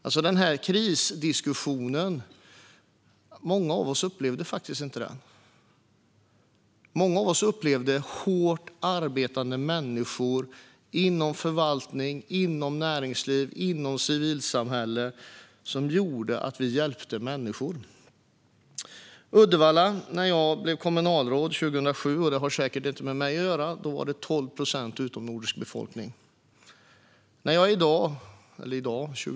När det gäller krisdiskussionen var det många av oss som faktiskt inte upplevde det på det sättet. Vi upplevde hårt arbetande människor inom förvaltning, inom näringsliv och inom civilsamhälle som gjorde att vi kunde hjälpa människor. När jag blev kommunalråd i Uddevalla 2007 - det har säkert inte med mig att göra - var 12 procent av befolkningen utomnordisk.